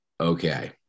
Okay